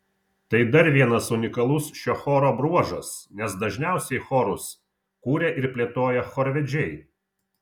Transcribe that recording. tai dar vienas unikalus šio choro bruožas nes dažniausiai chorus kuria ir plėtoja chorvedžiai